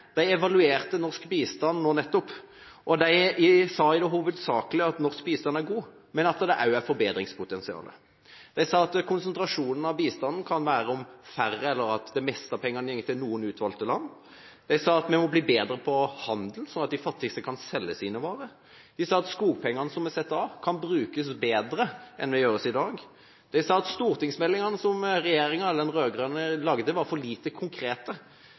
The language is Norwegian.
de sa at norsk bistand hovedsakelig er god, men at det også er et forbedringspotensial. De sa at konsentrasjonen av bistanden kan være om færre land, eller at det meste av pengene går til noen utvalgte land. De sa at vi må bli bedre på handel, slik at de fattigste kan selge sine varer. De sa at skogpengene som vi setter av, kan brukes bedre enn det gjøres i dag. De sa at stortingsmeldingene som den rød-grønne regjeringa lagde, var for lite konkrete.